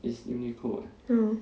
ya lor